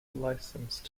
license